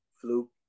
fluke